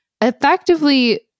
effectively